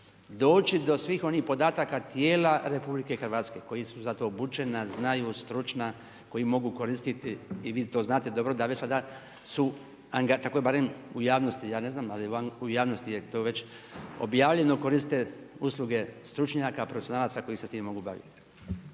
doći do svih onih podataka tijela RH koji su za to obučena znaju stručna koji mogu koristiti i vi to znate dobro da već sada su, tako je barem u javnosti, ja ne znam, u javnosti je to već objavljeno, koriste usluge stručnjaka, profesionalaca koji se s tim mogu baviti.